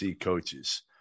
coaches